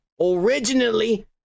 originally